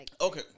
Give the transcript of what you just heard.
Okay